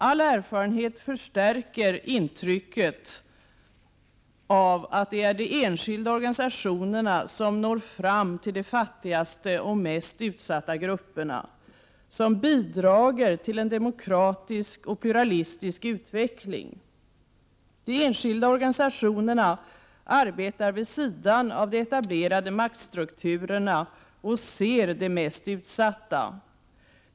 All erfarenhet förstärker intrycket av att det är de enskilda organisationerna som når fram till de fattigaste och mest utsatta grupperna och som bidrar till en demokratisk och pluralistisk utveckling. De enskilda organisationerna arbetar vid sidan av de etablerade maktstrukturerna och ser de mest utsatta.